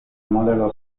modelo